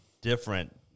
different